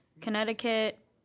Connecticut